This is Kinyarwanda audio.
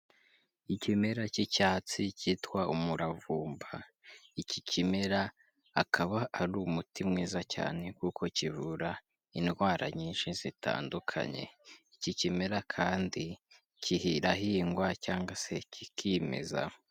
Ikimera cy'icyatsi cyitwa umuravumba iki kimera akaba ari umuti mwiza cyane kuko kivura indwara nyinshi zitandukanye iki kimera kandi kihirahingwa cyangwa se kikimeza.